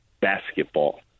basketball